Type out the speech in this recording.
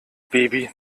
baby